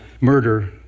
murder